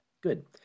Good